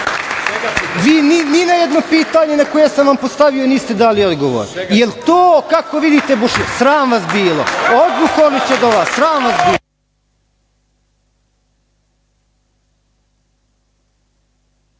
Vi ni na jedno pitanje koje sam vam postavio niste dali odgovor. Jel to kako vidite Bošnjake? Sram vas bilo? Od Zukorlića do vas,